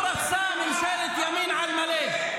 הוא רצה ממשלת ימין על מלא.